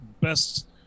best